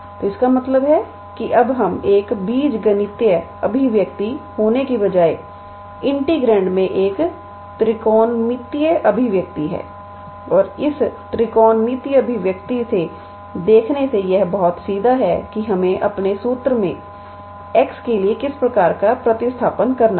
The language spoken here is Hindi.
तो इसका मतलब है कि अब हम एक बीजगणितीय अभिव्यक्ति होने के बजाय इंटीग्रैंड में एक त्रिकोणमितीय अभिव्यक्ति है और इस त्रिकोणमितीय अभिव्यक्ति से देखने से यह बहुत सीधा है कि हमें अपने सूत्र में x के लिए किसी प्रकार का प्रतिस्थापन करना है